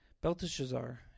Belteshazzar